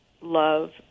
love